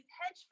hedge